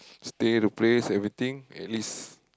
stay the place everything at least